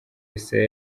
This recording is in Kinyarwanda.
yesaya